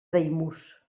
daimús